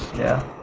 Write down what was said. yeah.